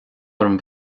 orm